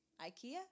IKEA